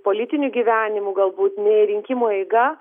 politiniu gyvenimu galbūt nei rinkimų eiga